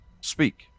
speak